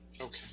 okay